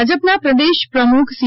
પાટિલ ભાજપના પ્રદેશ પ્રમુખ સી